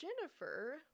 Jennifer